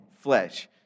flesh